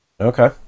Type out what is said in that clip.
Okay